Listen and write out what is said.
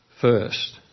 first